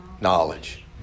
knowledge